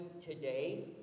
today